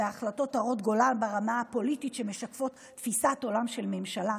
בהחלטות הרות גורל ברמה הפוליטית שמשקפות תפיסת עולם של ממשלה.